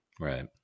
Right